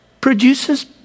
produces